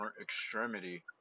extremity